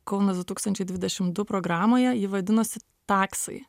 kaunas du tūkstančiai dvidešim du programoje ji vadinosi taksai